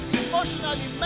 emotionally